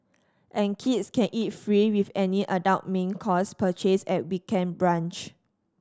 and kids can eat free with any adult main course purchase at weekend brunch